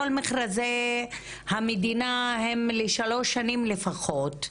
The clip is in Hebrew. כל מכרזי המדינה הם לשלוש שנים לפחות,